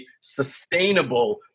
sustainable